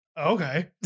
Okay